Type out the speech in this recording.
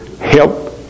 help